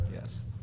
Yes